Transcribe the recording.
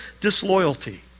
disloyalty